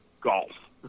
golf